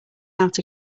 out